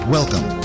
Welcome